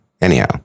Anyhow